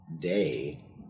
day